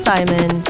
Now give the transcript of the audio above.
Simon